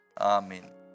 Amen